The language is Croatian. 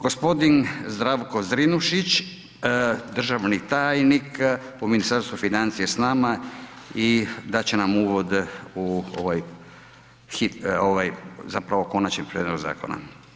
Gospodin Zdravko Zrinušić, državni tajnik u Ministarstvu financija je s nama i dat će nam uvod u ovaj hitni, zapravo konačni prijedlog zakona.